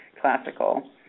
classical